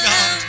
God